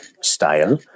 style